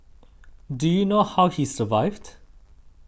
do you know how he survived